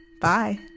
bye